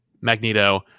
Magneto